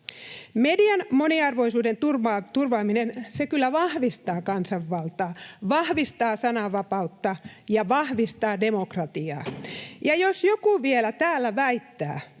Median moniarvoisuuden turvaaminen kyllä vahvistaa kansanvaltaa, vahvistaa sananvapautta ja vahvistaa demokratiaa. Ja jos joku vielä täällä väittää,